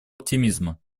оптимизма